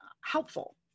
helpful